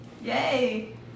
Yay